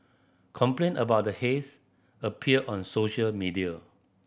complaint about the haze appeared on social media